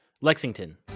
Lexington